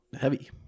heavy